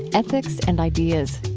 ethics, and ideas.